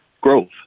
growth